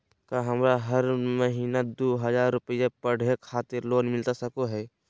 का हमरा हरी महीना दू हज़ार रुपया पढ़े खातिर लोन मिलता सको है?